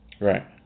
right